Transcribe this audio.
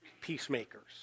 peacemakers